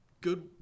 good